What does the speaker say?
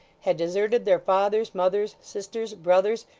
had deserted their fathers, mothers, sisters, brothers,